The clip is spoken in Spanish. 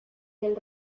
del